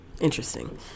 interesting